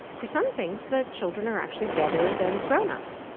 for some things the children are actually better than grown-ups.